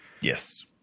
Yes